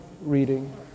reading